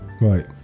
Right